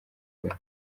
ebola